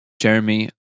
Jeremy